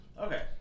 Okay